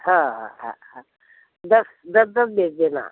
हाँ हाँ हाँ दस दस दस भेज देना